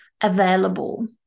available